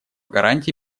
гарантии